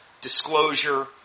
disclosure